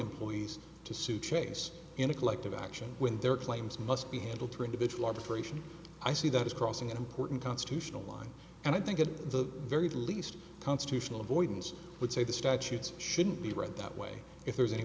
employees to sue chase in a collective action when their claims must be handled to individual arbitration i see that is crossing an important constitutional line and i think at the very least constitutional avoidance would say the statutes shouldn't be read that way if there's any